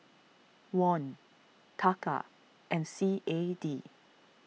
Won Taka and C A D